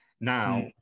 Now